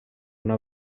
una